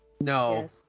No